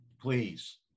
please